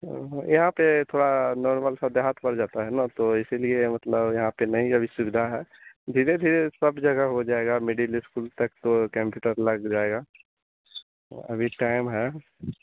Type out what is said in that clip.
यहाँ पर थोड़ा नॉर्मल सा देहात पड़ जाता है न तो इसीलिए मतलब यहाँ पर नहीं अभी सुविधा है धीरे धीरे सब जगह हो जाएगा मिडिल स्कूल तक तो केंप्युटर लग जाएगा अभी टाईम है